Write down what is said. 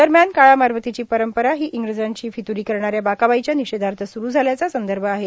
दरम्यान काळ्या मारबतीची परंपरा ही इंग्रजांशी फित्ररी करणाऱ्या बाका बाईच्या निषेधार्थ सुरू झाल्याचा संदर्भ आहे